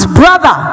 brother